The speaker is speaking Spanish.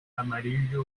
amarillo